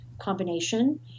combination